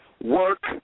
work